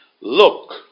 Look